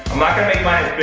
i'm not gonna make mine